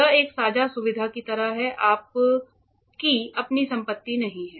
यह एक साझा सुविधा की तरह है यह आपकी अपनी संपत्ति नहीं है